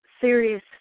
serious